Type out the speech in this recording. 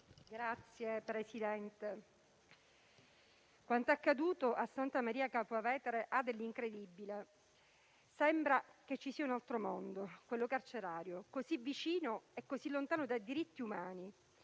Signor Presidente, quanto accaduto a Santa Maria Capua Vetere ha dell'incredibile. Sembra che ci sia un altro mondo, quello carcerario, così vicino e così lontano dai diritti umani.